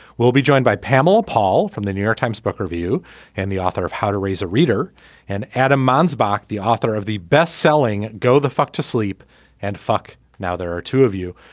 we'll be joined by pamela paul from the new york times book review and the author of how to raise a reader and add a man's back. the author of the bestselling go the fuck to sleep and fuck. now there are two of you.